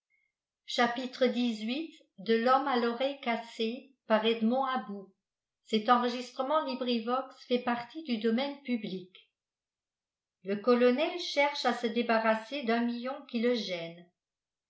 le colonel cherche à se débarrasser d'un million qui le gêne